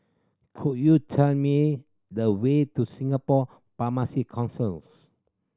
could you tell me the way to Singapore Pharmacy Councils